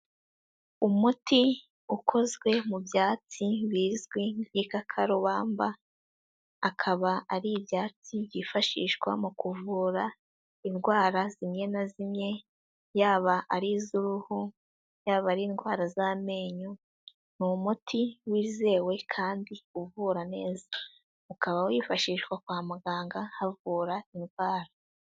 Umuti ukozwe mu byatsi bizwi nk'igikakarubamba, akaba ari ibyatsi byifashishwa mu kuvura indwara zimwe na zimwe, yaba ari iz'uruhu, yaba ari indwara z'amenyo, ni umuti wizewe kandi uvura neza, ukaba wifashishwa kwa muganga havura indwara.